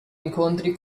incontri